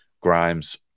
Grimes